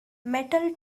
metal